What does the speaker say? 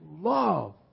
love